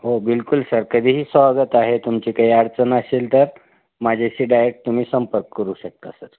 हो बिलकुल सर कधीही स्वागत आहे तुमची काही अडचण असेल तर माझ्याशी डायरेक्ट तुम्ही संपर्क करू शकता सर